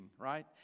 right